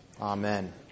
Amen